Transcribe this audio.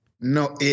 No